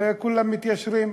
וכולם מתיישרים.